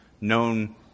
known